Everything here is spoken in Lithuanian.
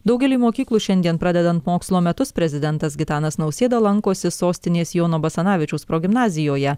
daugelyje mokyklų šiandien pradedant mokslo metus prezidentas gitanas nausėda lankosi sostinės jono basanavičiaus progimnazijoje